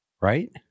Right